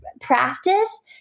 practice